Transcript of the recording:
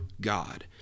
God